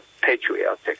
patriotic